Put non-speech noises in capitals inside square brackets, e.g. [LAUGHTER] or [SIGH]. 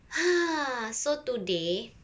[BREATH] so today